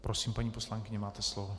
Prosím, paní poslankyně, máte slovo.